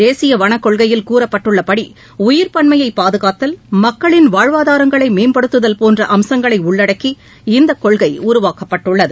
தேசிய வனக்கொள்கையில் கூறப்பட்டுள்ளபடி உயிர்பன்மையை பாதுகாத்தல் மக்களின் வாழ்வாதாரங்களை மேம்படுத்துதல் போன்ற அம்சங்களை உள்ளடக்கி இந்தக் கொள்கை உருவாக்கப்பட்டுள்ளது